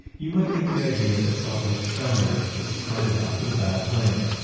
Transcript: you might get the idea that salt lake's founders just started out with a bad plan.